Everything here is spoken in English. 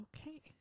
Okay